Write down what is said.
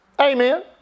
Amen